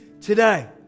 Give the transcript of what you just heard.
today